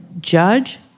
judge